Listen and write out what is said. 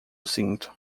cinto